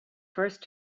first